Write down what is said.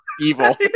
Evil